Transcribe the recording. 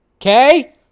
okay